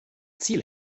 ziel